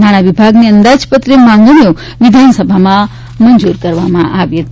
નાણા વિભાગની અંદાજપત્રીય માંગણીઓ વિધાનસભામાં મંજૂર કરવામાં આવી છે